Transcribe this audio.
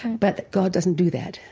but god doesn't do that,